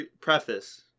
preface